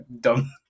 dumb